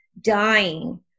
dying